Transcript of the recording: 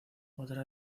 otra